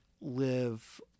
live